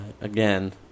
Again